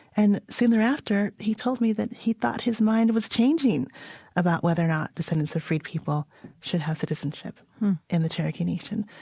and soon thereafter, he told me that he thought his mind was changing about whether or not descendants of freed people should have citizenship in the cherokee nation.